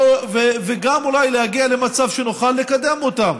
וגם אולי להגיע למצב שנוכל לקדם אותם.